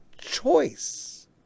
choice